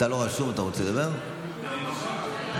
אני נוכח.